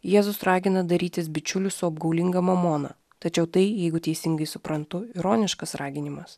jėzus ragina darytis bičiulius su apgaulinga mamona tačiau tai jeigu teisingai suprantu ironiškas raginimas